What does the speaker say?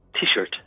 T-shirt